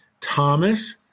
Thomas